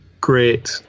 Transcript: great